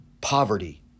poverty